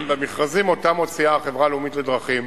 במכרזים שמוציאה החברה הלאומית לדרכים